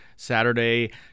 Saturday